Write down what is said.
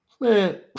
Man